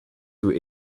who